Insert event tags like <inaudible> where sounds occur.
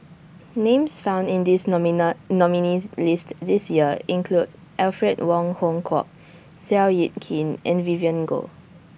Names found in This <unintelligible> nominees' list This Year include Alfred Wong Hong Kwok Seow Yit Kin and Vivien Goh